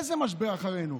איזה משבר מאחורינו?